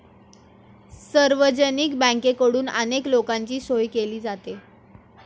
सार्वजनिक बँकेकडून अनेक लोकांची सोय केली जाते